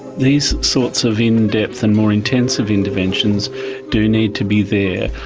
these sorts of in-depth and more intensive interventions do need to be there,